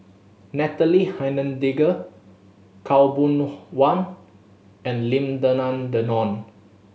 Natalie Hennedige Khaw Boon Wan and Lim Denan Denon